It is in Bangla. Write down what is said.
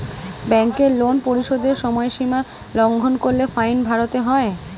ব্যাংকের লোন পরিশোধের সময়সীমা লঙ্ঘন করলে ফাইন ভরতে হয়